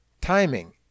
Timing